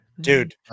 Dude